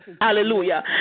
hallelujah